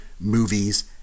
movies